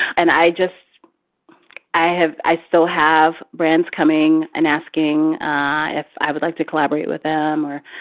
and i just i have i still have brands coming and asking if i would like to collaborate with them or.